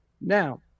Now